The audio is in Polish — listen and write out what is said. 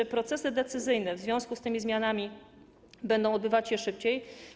Czy procesy decyzyjne w związku z tymi zmianami będą odbywać się szybciej?